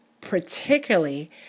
particularly